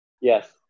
Yes